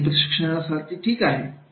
नवीन प्रशिक्षणार्थींसाठी ठीक आहे